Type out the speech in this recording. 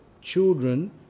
children